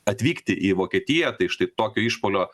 atvykti į vokietiją tai štai tokio išpuolio